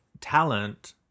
talent